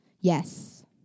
Yes